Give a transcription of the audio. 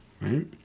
Right